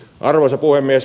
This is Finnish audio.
arvoisa puhemies